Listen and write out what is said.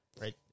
right